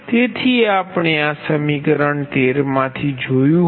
તેથી આપણે આ સમીકરણ 13 માંથી જોયું છે